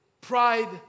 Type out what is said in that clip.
pride